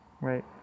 right